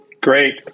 Great